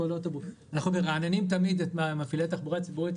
אנחנו מרעננים תמיד את ההנחיות למפעילי התחבורה הציבורית,